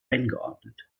eingeordnet